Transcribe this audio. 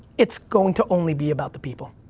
it's going to only be about the people.